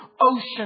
ocean